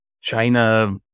China